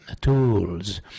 tools